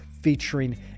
featuring